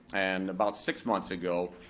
and about six months ago,